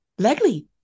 Legly